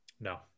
No